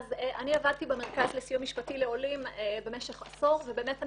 אני עבדתי במרכז לסיוע משפטי לעולים במשך עשור ובאמת אני